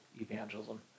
evangelism